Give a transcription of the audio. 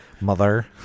Mother